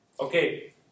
okay